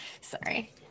Sorry